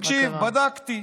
תקשיב, בדקתי.